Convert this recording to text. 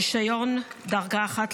רישיון דרגה 1,